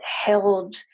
held